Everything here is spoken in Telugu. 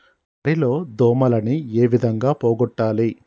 వరి లో దోమలని ఏ విధంగా పోగొట్టాలి?